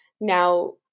now